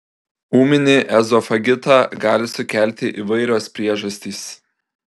ūminį ezofagitą gali sukelti įvairios priežastys